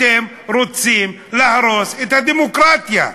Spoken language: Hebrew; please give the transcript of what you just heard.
אתם רוצים להרוס את הדמוקרטיה.